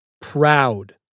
Proud